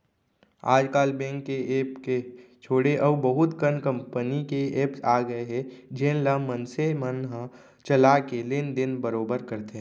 आज काल बेंक के ऐप के छोड़े अउ बहुत कन कंपनी के एप्स आ गए हे जेन ल मनसे मन ह चला के लेन देन बरोबर करथे